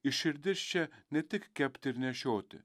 ir širdis čia ne tik kepti ir nešioti